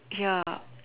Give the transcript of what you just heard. ya